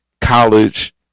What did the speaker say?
college